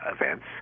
events